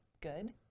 good